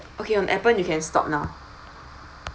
okay on appen you can stop now